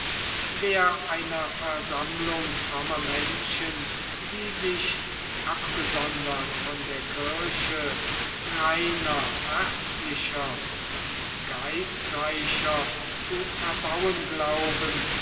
wer einer versammlung frommer menschen die sich abgesondert von der kirche reiner herzlicher und geistreicher zu erbauen glauben